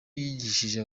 yigishije